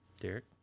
Derek